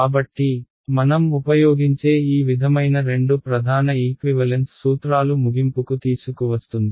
కాబట్టి మనం ఉపయోగించే ఈ విధమైన రెండు ప్రధాన ఈక్వివలెన్స్ సూత్రాలు ముగింపుకు తీసుకువస్తుంది